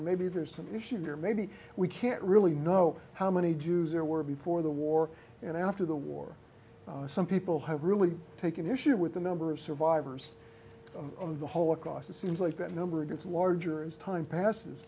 or maybe there's some issue here maybe we can really know how many jews there were before the war and after the war some people have really taken issue with the number of survivors of the holocaust it seems like that number gets larger as time passes